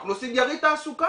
אנחנו עושים ביריד תעסוקה,